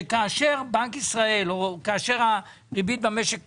כאשר הריבית במשק עולה,